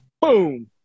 boom